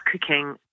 cooking